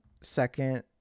second